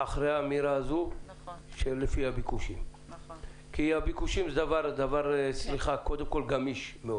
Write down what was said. מאחורי האמירה הזאת שאומרת לפי הביקושים כי הביקושים זה דבר גמיש מאוד.